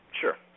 Sure